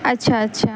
اچھا اچھا